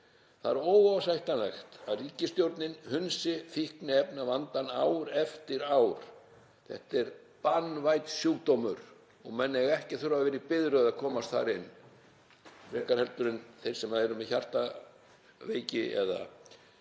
Það er óásættanlegt að ríkisstjórnin hunsi fíkniefnavandann ár eftir ár. Þetta er banvænn sjúkdómur og menn eiga ekki að þurfa að vera í biðröð til að komast að, ekkert frekar en þeir sem eru með hjartveiki eða